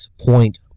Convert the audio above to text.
point